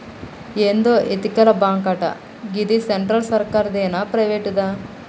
ఏందో ఎతికల్ బాంకటా, గిది సెంట్రల్ సర్కారుదేనా, ప్రైవేటుదా